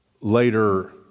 later